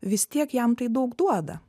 vis tiek jam tai daug duoda